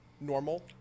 normal